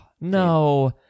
no